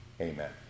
Amen